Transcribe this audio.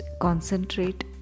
concentrate